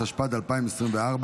התשפ"ד 2024,